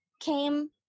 came